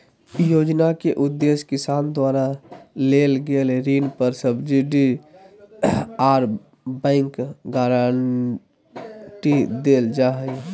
योजना के उदेश्य किसान द्वारा लेल गेल ऋण पर सब्सिडी आर बैंक गारंटी देल जा हई